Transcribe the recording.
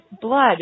blood